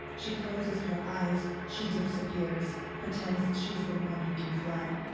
she closes her eyes, she disappears, pretends she's the one who can fly.